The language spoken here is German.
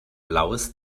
blaues